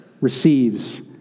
receives